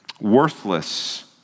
worthless